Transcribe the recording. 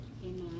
Amen